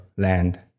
land